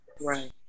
right